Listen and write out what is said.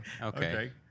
Okay